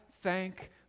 thank